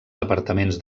departaments